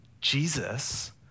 Jesus